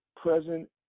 present